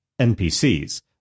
NPCs